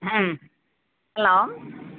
ഉം ഹലോ